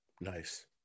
Nice